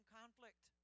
conflict